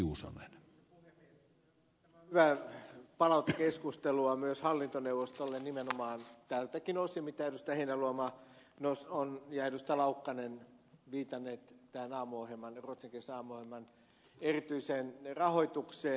tämä on hyvää palautekeskustelua myös hallintoneuvostolle nimenomaan tältäkin osin mitä edustajat heinäluoma ja laukkanen ovat viitanneet tähän ruotsinkielisen aamuohjelman erityiseen rahoitukseen